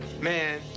Man